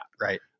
right